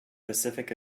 pacific